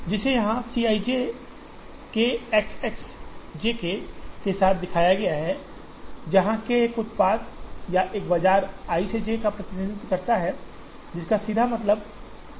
जिसे यहाँ C i j k X X j k के साथ दिखाया गया है जहाँ k एक उत्पाद या एक बाजार i से j का प्रतिनिधित्व करता है जिसका सीधा मतलब संयंत्र से ग्राहक तक है